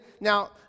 now